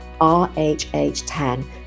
RHH10